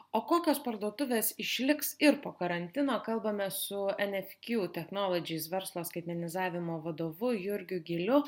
o kokios parduotuvės išliks ir po karantino kalbamės su nfq technologies verslo skaitmenizavimo vadovu jurgiu gyliu